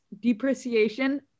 depreciation